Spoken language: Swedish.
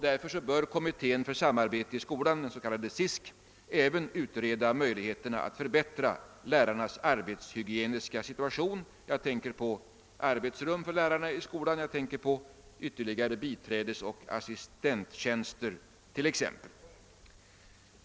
Därför bör kommittén för samverkan i skolan, SISK, även utreda möjligheterna att förbättra lärarnas arbetshygieniska situation — jag tänker på införande av arbetsrum i skolan för lärarna, inrättande av ytterligare biträdesoch assistenttjänster o. s. v.